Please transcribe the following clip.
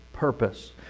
purpose